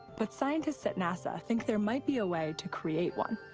but scientists at nasa think there might be a way to create one.